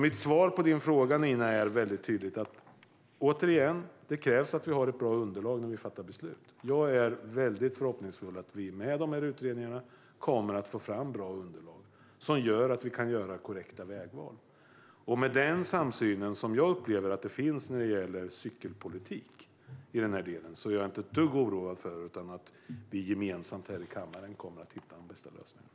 Mitt svar på din fråga är väldigt tydligt, Nina. Det krävs att vi har ett bra underlag när vi fattar beslut. Jag är väldigt förhoppningsfull. Med de här utredningarna kommer vi att få fram bra underlag som gör att vi kan göra korrekta vägval. Med den samsyn som jag upplever att det finns när det gäller cykelpolitik är jag inte ett dugg oroad. Vi kommer gemensamt här i kammaren att hitta de bästa lösningarna.